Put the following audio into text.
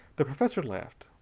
the professor laughed.